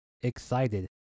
Excited